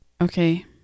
Okay